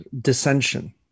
dissension